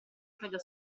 claudia